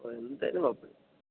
ഓ എന്തായാലും കുഴപ്പമില്ല